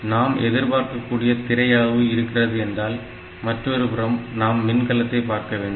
நாம் எதிர்பார்க்கக்கூடிய திரை அளவு இருக்கிறது என்றால் மற்றொருபுறம் நாம் மின்கலத்தை பார்க்கவேண்டும்